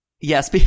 yes